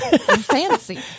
fancy